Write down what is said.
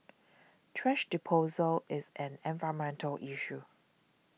thrash disposal is an environmental issue